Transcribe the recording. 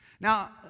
Now